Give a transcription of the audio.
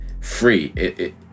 free